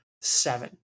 seven